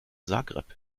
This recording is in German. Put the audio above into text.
zagreb